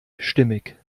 stimmig